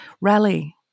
rally